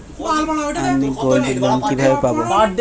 আমি গোল্ডলোন কিভাবে পাব?